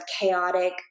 chaotic